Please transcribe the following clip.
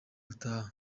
gutaha